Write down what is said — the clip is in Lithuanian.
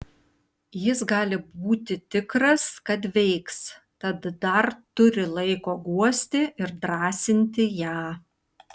jis gali būti tikras kad veiks tad dar turi laiko guosti ir drąsinti ją